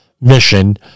mission